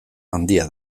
handia